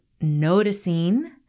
noticing